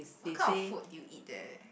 what kind of food did you eat there